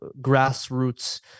grassroots